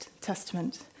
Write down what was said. Testament